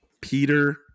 Peter